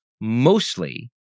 mostly